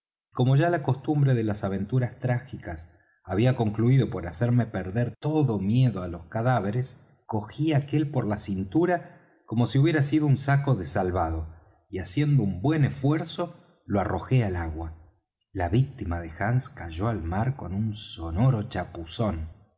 como ya la costumbre de las aventuras trágicas había concluído por hacerme perder todo miedo á los cadáveres cogí aquel por la cintura como si hubiera sido un saco de salvado y haciendo un buen esfuerzo lo arrojé al agua la víctima de hands cayó al mar con un sonoro chapuzón